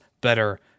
better